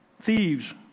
Thieves